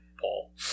Paul